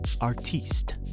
Artiste